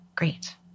Great